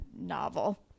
novel